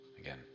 again